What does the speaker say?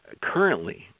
currently